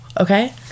Okay